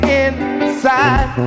inside